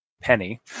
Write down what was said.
Penny